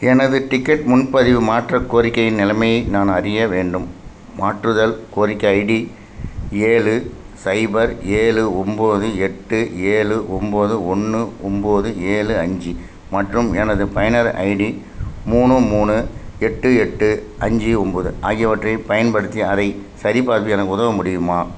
எனது டிக்கெட் முன்பதிவு மாற்ற கோரிக்கையின் நிலமையை நான் அறிய வேண்டும் மாற்றுதல் கோரிக்கை ஐடி ஏழு சைபர் ஏழு ஒன்போது எட்டு ஏழு ஒன்போது ஒன்று ஒன்போது ஏழு அஞ்சு மற்றும் எனது பயனர் ஐடி மூணு மூணு எட்டு எட்டு அஞ்சு ஒன்போது ஆகியவற்றை பயன்படுத்தி அதை சரிபார்க்க எனக்கு உதவ முடியுமா